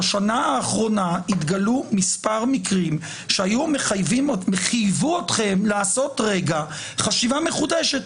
בשנה האחרונה התגלו כמה מקרים שחייבו אתכם לעשות רגע חשיבה מחודשת.